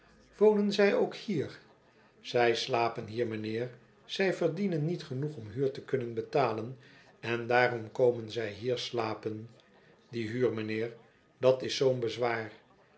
wonen zij ook hier zij slapen hier mijnheer zij verdienen niet genoeg om huur te kunnen betalen en daarom komen zij hier slapen die huur mijnheer dat is zoo'n bezwaar